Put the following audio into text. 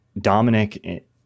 Dominic